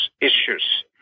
issues